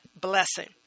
blessing